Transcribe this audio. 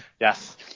yes